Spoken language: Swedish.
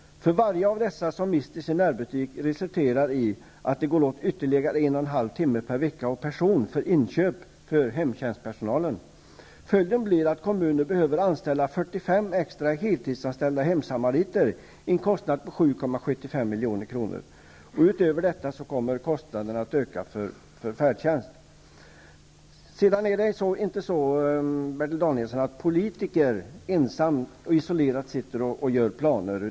Varje person i denna grupp som mister sin närbutik innebär en och en halv timme mer arbete för hemtjänstpersonalen per vecka för inköp. Följden blir att kommunen behöver 45 extra heltidsanställda hemsamariter, vilket kostar 7,75 milj.kr. Dessutom kommer kostnaderna för färdtjänst att öka. Bertil Danielsson! Det är inte så att politikerna ensamma och isolerade sitter och gör upp planer.